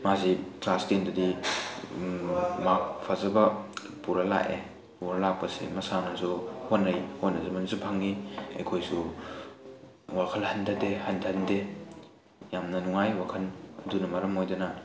ꯃꯥꯁꯤ ꯀ꯭ꯂꯥꯁ ꯇꯦꯟꯗꯗꯤ ꯃꯥꯔꯛ ꯐꯖꯕ ꯄꯨꯔ ꯂꯥꯛꯑꯦ ꯄꯨꯔ ꯂꯥꯛꯄꯁꯦ ꯃꯁꯥꯅꯁꯨ ꯍꯣꯠꯅꯩ ꯍꯣꯠꯅꯖꯃꯟꯁꯨ ꯐꯪꯉꯤ ꯑꯩꯈꯣꯏꯁꯨ ꯋꯥꯈꯜ ꯍꯟꯊꯗꯦ ꯍꯟꯊꯍꯟꯗꯦ ꯌꯥꯝꯅ ꯅꯨꯡꯉꯥꯏ ꯋꯥꯈꯜ ꯑꯗꯨꯅ ꯃꯔꯝ ꯑꯣꯏꯗꯨꯅ